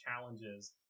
challenges